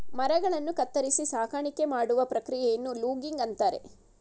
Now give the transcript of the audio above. ಮರಗಳನ್ನು ಕತ್ತರಿಸಿ ಸಾಗಾಣಿಕೆ ಮಾಡುವ ಪ್ರಕ್ರಿಯೆಯನ್ನು ಲೂಗಿಂಗ್ ಅಂತರೆ